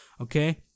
okay